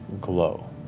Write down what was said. glow